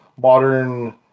modern